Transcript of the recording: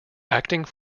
acting